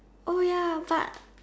oh ya but